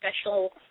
special